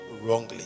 Wrongly